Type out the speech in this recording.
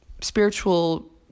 spiritual